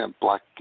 black